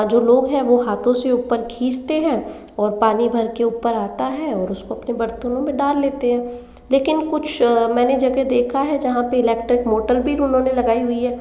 जो लोग हैं वो हाथों से उपर खीचतें हैं और पानी भर कर ऊपर आता है और उसको अपने बर्तनों में डाल लेते हैं लेकिन कुछ मैंने जगह देखा है जहाँ पर इलेक्ट्रिक मोटर भी उन्होंने लगायी हुई है